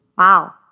Wow